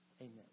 Amen